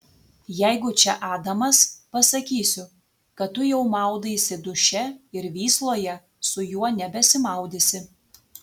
jeigu čia adamas pasakysiu kad tu jau maudaisi duše ir vysloje su juo nebesimaudysi